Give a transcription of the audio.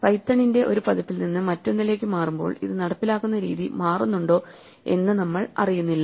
പൈത്തണിന്റെ ഒരു പതിപ്പിൽ നിന്ന് മറ്റൊന്നിലേക്ക് മാറുമ്പോൾ ഇത് നടപ്പിലാക്കുന്ന രീതി മാറുന്നുണ്ടോ എന്ന് നമ്മൾ അറിയുന്നില്ല